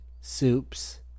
soups